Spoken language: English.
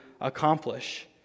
accomplish